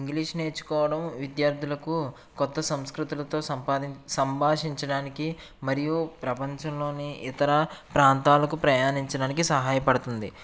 English నేర్చుకోవడం విద్యార్థులకు కొత్త సంస్కృతులతో సంపా సంభాషించడానికి మరియు ప్రపంచంలోనే ఇతర ప్రాంతాలకు ప్రయాణించడానికి సహాయపడుతుంది